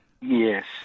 Yes